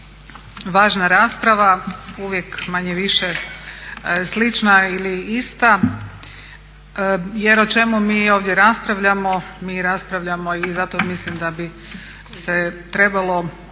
Važna rasprava, uvijek manje-više slična ili ista. Jer o čemu mi ovdje raspravljamo? Mi raspravljamo i zato mislim da bi se trebalo